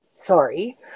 sorry